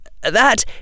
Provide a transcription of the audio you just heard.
That